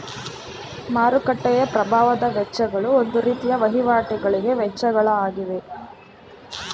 ಮಾರುಕಟ್ಟೆಯ ಪ್ರಭಾವದ ವೆಚ್ಚಗಳು ಒಂದು ರೀತಿಯ ವಹಿವಾಟಿಗಳಿಗೆ ವೆಚ್ಚಗಳ ಆಗಿವೆ